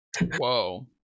Whoa